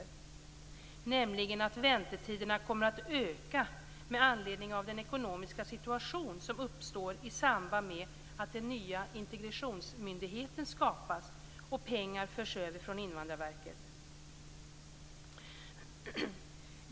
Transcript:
Frågan gällde att väntetiderna kommer att öka med anledning av den ekonomiska situation som uppstår i samband med att den nya integrationsmyndigheten skapas och pengar förs över från Invandrarverket.